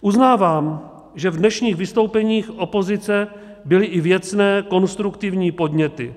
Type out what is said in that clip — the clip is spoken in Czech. Uznávám, že v dnešních vystoupeních opozice byly i věcné, konstruktivní, podněty.